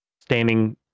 standing